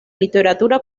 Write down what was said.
literatura